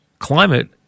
Climate